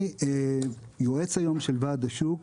כיום אני יועץ של ועד השוק,